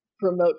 promote